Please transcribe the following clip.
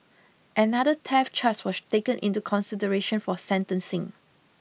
another theft charge was taken into consideration for sentencing